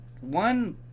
One